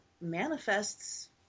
manifests